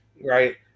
right